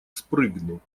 спрыгну